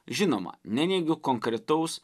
žinoma neneigiu konkretaus